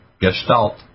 gestalt